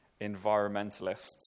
environmentalists